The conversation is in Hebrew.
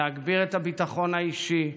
להגביר את הביטחון האישי,